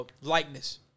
likeness